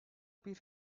bir